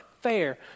fair